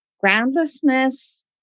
groundlessness